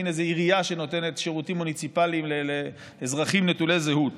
מין עירייה שנותנת שירותים מוניציפליים לאזרחים נטולי זהות